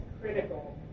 critical